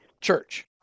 church